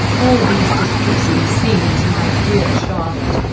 all these distressing scenes, my dear charlotte,